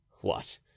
What